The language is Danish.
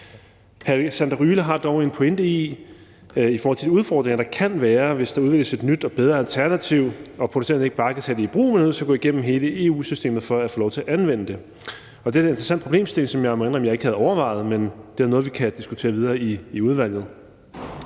Alexander Ryle har dog en pointe i forhold til de udfordringer, der kan være, hvis der udvikles et nyt og bedre alternativ og producenterne ikke bare kan tage det i brug, men er nødt til at gå igennem hele EU-systemet, før de får lov til at anvende det. Og det er da en interessant problemstilling, som jeg må indrømme at jeg ikke havde overvejet, men det er da noget, vi kan diskutere videre i udvalget.